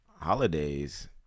holidays